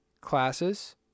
classes